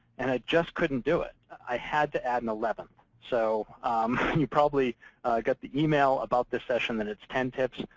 and i just couldn't do it. i had to add an eleventh. so you probably got the email about this session that it's ten tips.